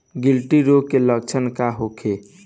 गिल्टी रोग के लक्षण का होखे?